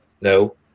no